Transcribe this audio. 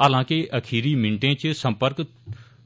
हालां के अखीरी मिनटें इच सम्पर्क